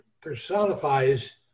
personifies